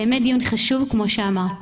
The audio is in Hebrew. באמת דיון חשוב כמו שאמרת.